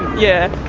yeah,